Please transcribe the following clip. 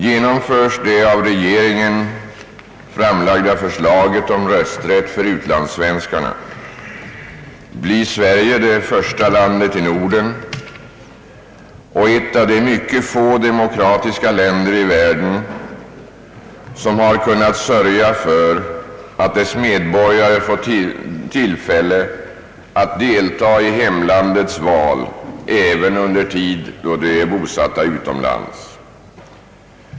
Genomförs regeringens förslag om rösträtt för utlandssvenskar, blir Sverige det första landet i Norden och ett av mycket få demokratiska länder i världen som kunnat sörja för att dess medborgare får tillfälle att delta i hemlandets val också under tid de är bosatta utomlands.